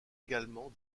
également